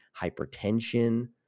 hypertension